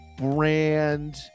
brand